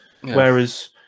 Whereas